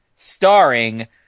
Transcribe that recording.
starring